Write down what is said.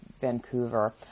Vancouver